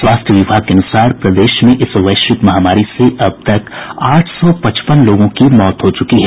स्वास्थ्य विभाग के अनुसार प्रदेश में इस वैश्विक महामारी से अब तक आठ सौ पचपन लोगों की मौत हो चुकी है